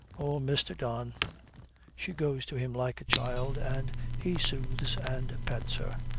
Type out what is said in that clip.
oh, mr. don she goes to him like a child, and he soothes and pets her.